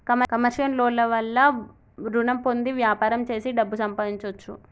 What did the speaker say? commercial loan ల వల్ల రుణం పొంది వ్యాపారం చేసి డబ్బు సంపాదించొచ్చు